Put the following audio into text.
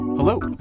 Hello